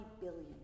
billion